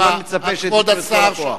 ואני כמובן מצפה שתיתנו את כל הכוח.